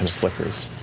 flickers.